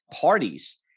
parties